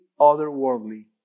otherworldly